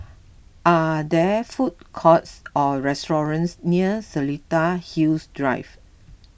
are there food courts or restaurants near Seletar Hills Drive